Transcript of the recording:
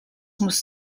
muss